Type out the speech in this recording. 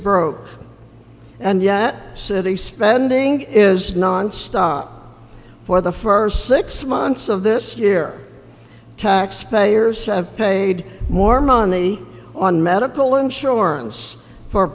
broke and yet city spending is nonstop for the first six months of this year taxpayers have paid more money on medical insurance for